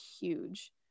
huge